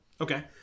Okay